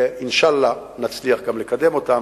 ואינשאללה נצליח גם לקדם אותם.